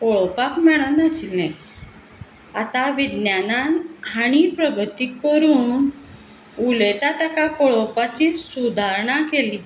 पळोवपाक मेळनाशिल्लें आतां विज्ञानान आनी प्रगती करून उलयता ताका पळोवपाचीं सुदारणां केलीं